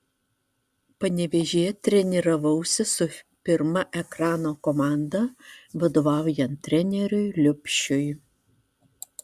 panevėžyje treniravausi su pirma ekrano komanda vadovaujant treneriui liubšiui